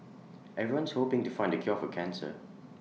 everyone's hoping to find the cure for cancer